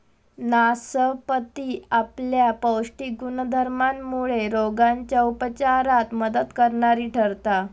नासपती आपल्या पौष्टिक गुणधर्मामुळे रोगांच्या उपचारात मदत करणारी ठरता